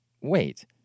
wait